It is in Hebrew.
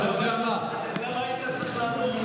אתה יודע מה, אתה יודע מה היית צריך לענות לי?